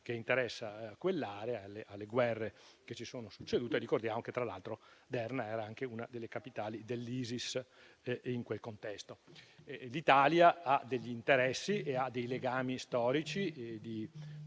che interessa quell'area e dalle guerre che si sono succedute. Ricordiamo tra l'altro che Derna era anche una delle capitali dell'Isis in quel contesto. L'Italia ha degli interessi e dei legami storici e